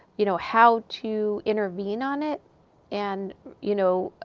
you know, how to intervene on it and you know,